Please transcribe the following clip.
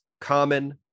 common